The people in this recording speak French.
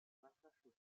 massachusetts